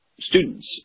students